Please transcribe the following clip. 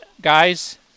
guys